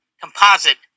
composite